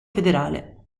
federale